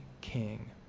king